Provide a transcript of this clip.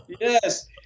Yes